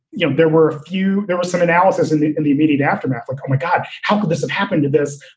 you know, there were a few there was some analysis in the in the immediate aftermath like um we got. how could this have happened to this?